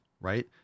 right